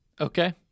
Okay